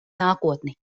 nākotni